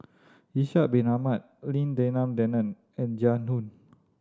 Ishak Bin Ahmad Lim Denan Denon and Jiang Hu